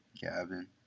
Gavin